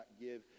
give